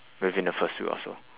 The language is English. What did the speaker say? within the first week or so